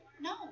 No